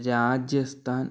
Rajasthan